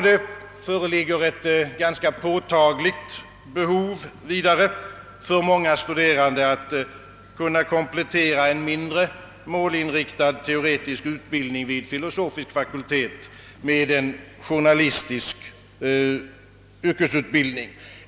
Det föreligger vidare ett ganska påtagligt behov för många studerande att kunna komplettera en mindre målinriktad teoretisk utbildning vid filosofisk fakultet med en journalistisk yrkesutbildning.